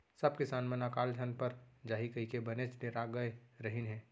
सब किसान मन अकाल झन पर जाही कइके बनेच डेरा गय रहिन हें